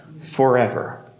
forever